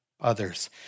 others